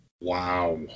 Wow